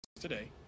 Today